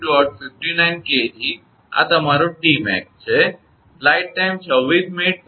59 𝑘𝑔 આ તમારો 𝑇𝑚𝑎𝑥 છે